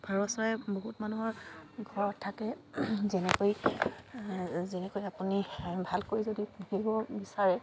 পাৰচৰাই বহুত মানুহৰ ঘৰত থাকে যেনেকৈ যেনেকৈ আপুনি ভালকৈ যদি পুহিব বিচাৰে